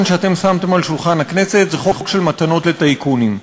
שאתם שמתם על שולחן הכנסת זה חוק של מתנות לטייקונים.